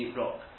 rock